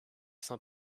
saint